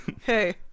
Hey